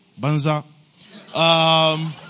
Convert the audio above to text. Banza